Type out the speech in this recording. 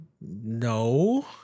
no